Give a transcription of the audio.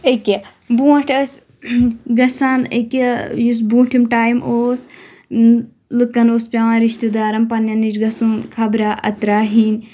أکیاہ برٛونٛٹھ ٲسۍ گَژھان أکیاہ یُس برٛونٛٹھِم ٹایِم اوس لُکَن اوس پؠوان رِشتہٕ دارَن پَننٛؠن نِش گَژھُن خَبرا اَترا ہؠنۍ